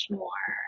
more